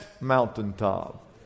mountaintop